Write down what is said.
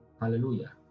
Hallelujah